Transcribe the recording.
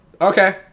okay